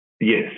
Yes